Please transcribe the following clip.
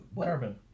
Carbon